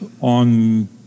on